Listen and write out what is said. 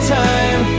time